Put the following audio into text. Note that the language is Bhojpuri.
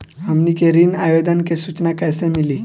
हमनी के ऋण आवेदन के सूचना कैसे मिली?